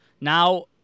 Now